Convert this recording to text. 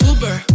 Uber